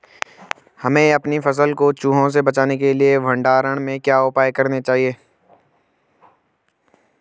हमें अपनी फसल को चूहों से बचाने के लिए भंडारण में क्या उपाय करने चाहिए?